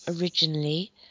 originally